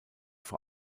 vor